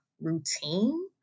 routine